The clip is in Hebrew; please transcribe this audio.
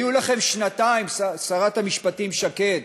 היו לכם שנתיים, שרת המשפטים שקד,